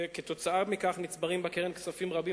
וכתוצאה מכך נצברים בקרן כספים רבים,